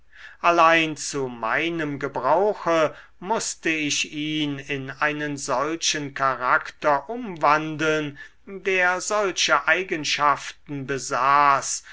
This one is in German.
allein zu meinem gebrauche mußte ich ihn in einen solchen charakter umwandeln der solche eigenschaften besaß